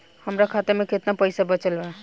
हमरा खाता मे केतना पईसा बचल बा?